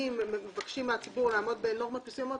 ומבקשים מן הציבור לעמוד בנורמות מסוימות,